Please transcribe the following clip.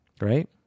right